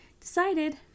decided